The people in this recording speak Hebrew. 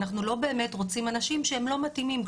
אנחנו לא באמת רוצים אנשים שהם לא מתאימים.